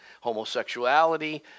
homosexuality